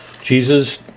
Jesus